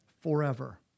Forever